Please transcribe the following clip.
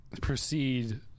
Proceed